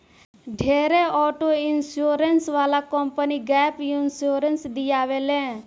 ढेरे auto insurance वाला company gap insurance दियावे ले